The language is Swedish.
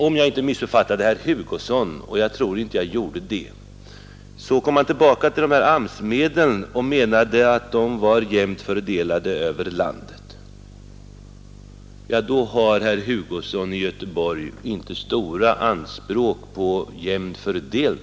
Om jag inte missuppfattade herr Hugosson — och jag tror inte att jag gjorde det — kom han tillbaka till dessa AMS-medel och menade att de var jämnt fördelade över landet. Då har herr Hugosson i Göteborg inte stora anspråk på jämn fördelning.